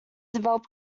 developed